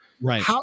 Right